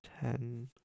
ten